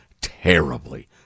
terribly